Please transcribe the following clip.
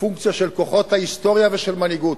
פונקציה של כוחות ההיסטוריה ושל מנהיגות.